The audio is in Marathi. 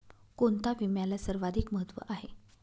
कोणता विम्याला सर्वाधिक महत्व आहे?